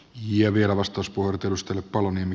ja vielä vastus pudotusta palonen